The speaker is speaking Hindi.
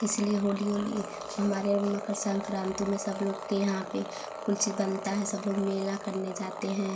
इसलिए होली ओली हमारे मकर संक्रांति में सब लोग के यहाँ पे बनता है सब लोग मेला करने जाते हैं